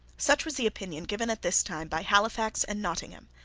such was the opinion given at this time by halifax and nottingham.